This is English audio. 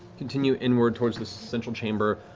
continue inward, towards the central chamber,